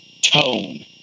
tone